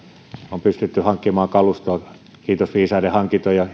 on pystytty hankkimaan kalustoa kiitos ulkomailta tapahtuneiden viisaiden ja